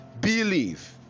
believe